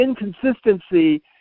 inconsistency